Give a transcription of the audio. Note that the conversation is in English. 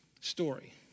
story